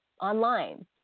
online